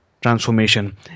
transformation